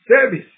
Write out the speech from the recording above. Service